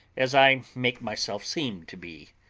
as i make myself seem to be.